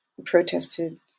protested